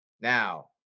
Now